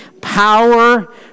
power